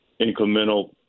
incremental